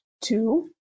Two